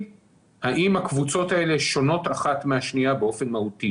האם הקבוצות האלה שונות אחת מהשנייה באופן מהותי.